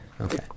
Okay